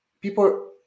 people